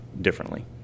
differently